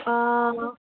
অঁ